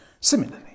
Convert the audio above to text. Similarly